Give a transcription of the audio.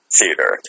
Theater